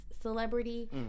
celebrity